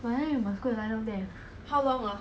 but then you must go and lie down there